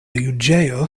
juĝejo